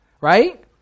right